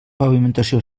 pavimentació